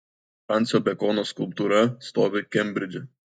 fransio bekono skulptūra stovi kembridže